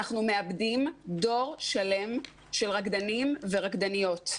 אנחנו מאבדים דור שלם של רקדנים ורקדניות.